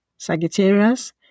Sagittarius